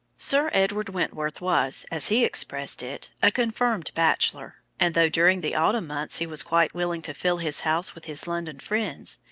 sir edward wentworth was, as he expressed it, a confirmed bachelor, and though during the autumn months he was quite willing to fill his house with his london friends,